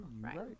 right